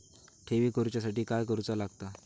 ठेवी करूच्या साठी काय करूचा लागता?